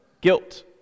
guilt